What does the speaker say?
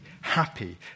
happy